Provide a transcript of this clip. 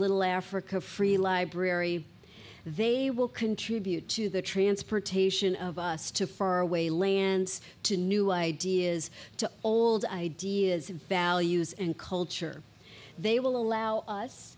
little africa free library they will contribute to the transportation of us to faraway lands to new ideas to old ideas values and culture they will allow us